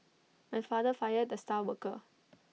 my father fired the star worker